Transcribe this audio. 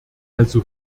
also